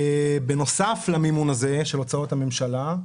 בנוסף למימון הזה של הוצאות הממשלה,